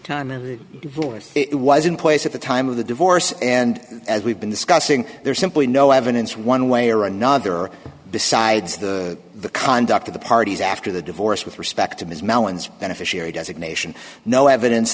time of the divorce it was in place at the time of the divorce and as we've been discussing there's simply no evidence one way or another besides the the conduct of the parties after the divorce with respect to ms mellons beneficiary designation no evidence